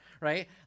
right